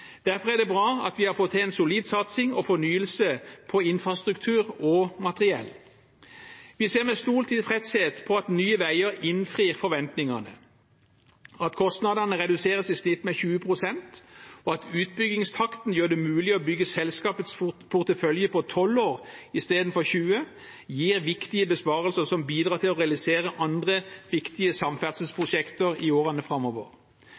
Derfor er det bra at vi har fått til en solid satsing på og fornyelse av infrastruktur og materiell. Vi ser med stor tilfredshet på at Nye Veier innfrir forventningene, og at kostnadene i snitt reduseres med 20 pst. At utbyggingstakten gjør det mulig å bygge selskapets portefølje på 12 år istedenfor 20, gir viktige besparelser som bidrar til å realisere andre viktige samferdselsprosjekter i årene framover.